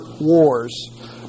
wars